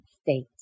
state